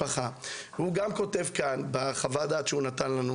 הוא כותב כאן בחוות הדעת שהוא נתן לנו